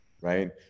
right